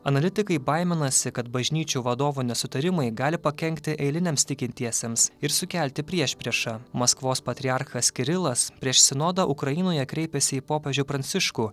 analitikai baiminasi kad bažnyčių vadovų nesutarimai gali pakenkti eiliniams tikintiesiems ir sukelti priešpriešą maskvos patriarchas kirilas prieš sinodą ukrainoje kreipėsi į popiežių pranciškų